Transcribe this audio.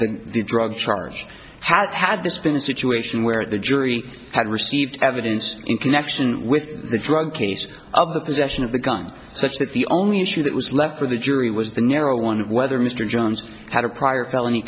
the drug charge has had this been a situation where the jury had received evidence in connection with the drug case of the possession of the gun such that the only issue that was left for the jury was the narrow one whether mr jones had a prior felony